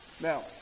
Now